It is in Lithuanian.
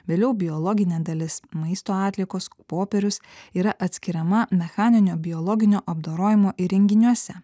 vėliau biologinė dalis maisto atliekos popierius yra atskiriama mechaninio biologinio apdorojimo įrenginiuose